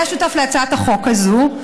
היה שותף בהצעת החוק הזאת.